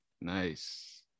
Nice